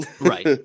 right